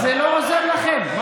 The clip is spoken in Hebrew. מה קרה?